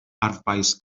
arfbais